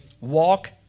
walk